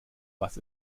was